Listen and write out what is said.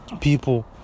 people